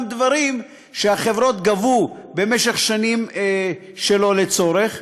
דברים שהחברות גבו במשך שנים שלא לצורך,